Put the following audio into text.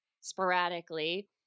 sporadically